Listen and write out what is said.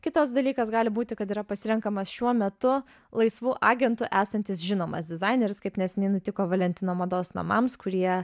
kitas dalykas gali būti kad yra pasirenkamas šiuo metu laisvu agentu esantis žinomas dizaineris kaip neseniai nutiko valentino mados namams kurie